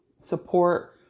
support